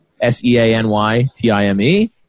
S-E-A-N-Y-T-I-M-E